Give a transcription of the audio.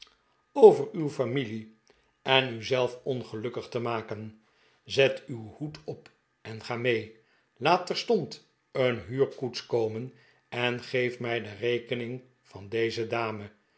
over uw familie en u zelf ongelukkig te maken zet uw hoed op en ga mee laat terstond een huurkoets komen en geef mij de rekening van deze dame